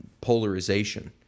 polarization